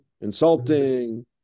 Insulting